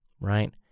right